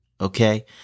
okay